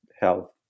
health